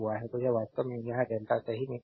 तो यह वास्तव में यह डेल्टा सही में है